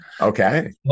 Okay